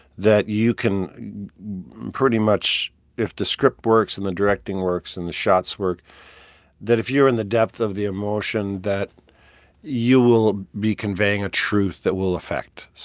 that you can pretty much if the script works and the directing works and the shots work that if you're in the depth of the emotion, that you will be conveying a truth that will effect